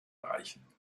erreichen